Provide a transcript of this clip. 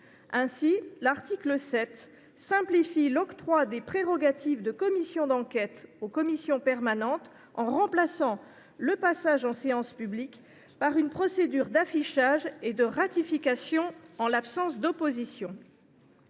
Ainsi, l’article 7 simplifie l’octroi des prérogatives de commission d’enquête aux commissions permanentes, en remplaçant le passage en séance publique par une procédure d’affichage et de ratification en l’absence d’opposition.